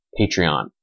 Patreon